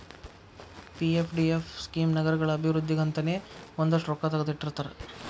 PFDF scheme ನಗರಗಳ ಅಭಿವೃದ್ಧಿಗಂತನೇ ಒಂದಷ್ಟ್ ರೊಕ್ಕಾ ತೆಗದಿಟ್ಟಿರ್ತಾರ